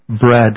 bread